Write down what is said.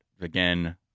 again